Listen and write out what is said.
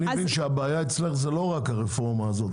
אני מבין שהבעיה אצלך היא לא רק הרפורמה הזאת.